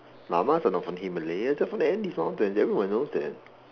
llamas are not from the Himalayas there are from the Andes mountain everyone knows that